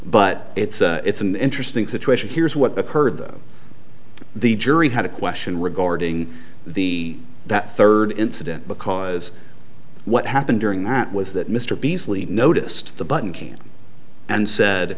but it's a it's an interesting situation here's what occurred the jury had a question regarding the that third incident because what happened during that was that mr beasley noticed the button again and said